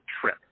trip